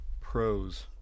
pros